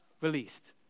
released